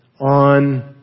on